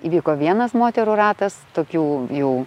įvyko vienas moterų ratas tokių jau